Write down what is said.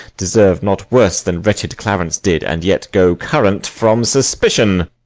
deserve not worse than wretched clarence did, and yet go current from suspicion!